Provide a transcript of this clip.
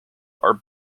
are